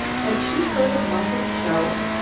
had she heard a muffled shout?